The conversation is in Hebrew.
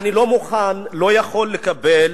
אני לא מוכן, לא יכול לקבל